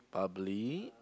probably